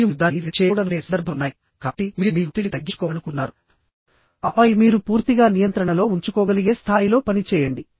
మరియు మీరు దానిని రిస్క్ చేయకూడదనుకునే సందర్భాలు ఉన్నాయి కాబట్టి మీరు మీ ఒత్తిడిని తగ్గించుకోవాలనుకుంటున్నారుఆపై మీరు పూర్తిగా నియంత్రణలో ఉంచుకోగలిగే స్థాయిలో పనిచేయండి